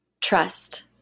trust